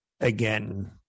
Again